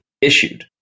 issued